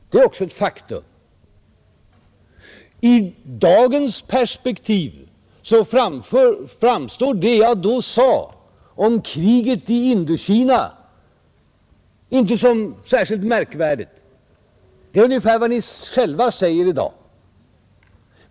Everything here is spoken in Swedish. Det är också ett faktum, I dagens perspektiv framstår inte det jag då sade om kriget i Indokina som särskilt märkligt. Det är ungefär vad ni själva säger i dag.